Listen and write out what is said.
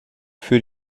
für